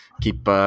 Keep